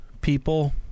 people